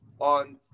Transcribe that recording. on